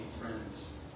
friends